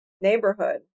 neighborhood